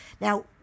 Now